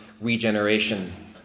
regeneration